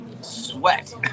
sweat